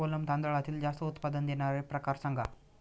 कोलम तांदळातील जास्त उत्पादन देणारे प्रकार सांगा